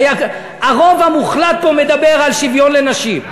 הרוב המוחלט פה מדבר על שוויון לנשים,